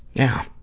yeah.